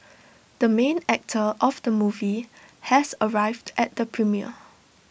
the main actor of the movie has arrived at the premiere